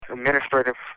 Administrative